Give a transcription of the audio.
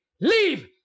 leave